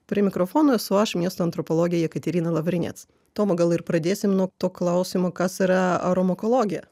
prie mikrofono esu aš miesto antropologė jekaterina lavrinec toma gal ir pradėsim nuo to klausimo kas yra aromakologija